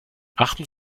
achten